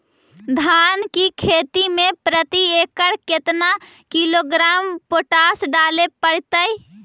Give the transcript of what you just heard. धान की खेती में प्रति एकड़ केतना किलोग्राम पोटास डाले पड़तई?